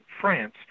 France